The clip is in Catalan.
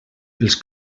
els